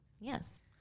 Yes